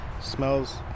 Smells